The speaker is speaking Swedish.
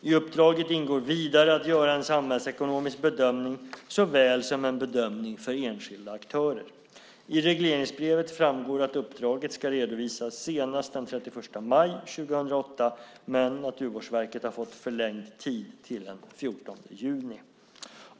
I uppdraget ingår vidare att göra en samhällsekonomisk bedömning såväl som en bedömning för enskilda aktörer. I regleringsbrevet framgår att uppdraget ska redovisas senast den 31 maj 2008, men Naturvårdsverket har fått förlängd tid till den 14 juni.